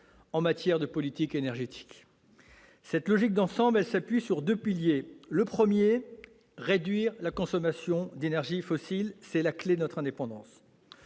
en matière de politique énergétique. Cette logique d'ensemble s'appuie sur deux piliers. Le premier consiste à réduire la consommation d'énergies fossiles, c'est la clef de notre indépendance.